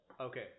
Okay